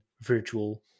virtual